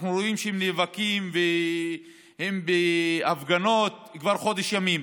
אנחנו רואים שהם נאבקים ושהם בהפגנות כבר חודש ימים.